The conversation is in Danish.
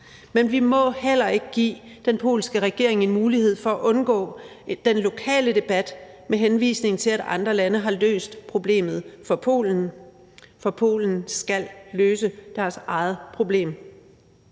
men vi må heller ikke give den polske regering en mulighed for at undgå den lokale debat med henvisning til, at andre lande har løst problemet for Polen, for Polen skal løse deres eget problem.